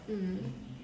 mm